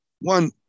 one